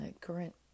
current